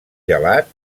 gelat